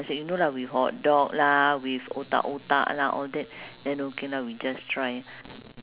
and then sometimes it's not worth what you are paying for but that side is quite nice ya